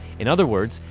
in other words,